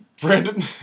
Brandon